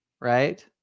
right